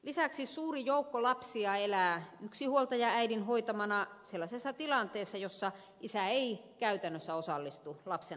lisäksi suuri joukko lapsia elää yksinhuoltajaäidin hoitamana sellaisessa tilanteessa jossa isä ei käytännössä osallistu lapsen hoitamiseen